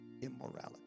Immorality